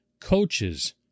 coaches